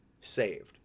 saved